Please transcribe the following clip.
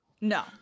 No